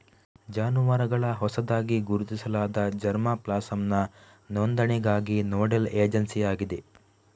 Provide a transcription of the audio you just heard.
ಜಾನುವಾರುಗಳ ಹೊಸದಾಗಿ ಗುರುತಿಸಲಾದ ಜರ್ಮಾ ಪ್ಲಾಸಂನ ನೋಂದಣಿಗಾಗಿ ನೋಡಲ್ ಏಜೆನ್ಸಿಯಾಗಿದೆ